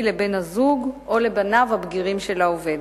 לבן הזוג או לבניו הבגירים של העובד.